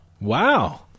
Wow